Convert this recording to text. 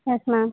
yes ma'am